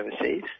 overseas